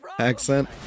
accent